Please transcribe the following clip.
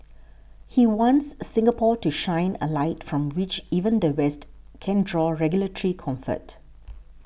he wants Singapore to shine a light from which even the West can draw regulatory comfort